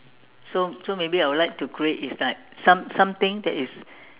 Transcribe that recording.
so so maybe I would like to create is like some something that is